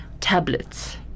tablets